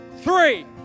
three